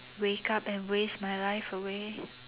wake up and waste my life away